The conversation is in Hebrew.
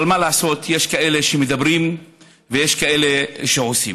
אבל מה לעשות, יש כאלה שמדברים ויש כאלה שעושים.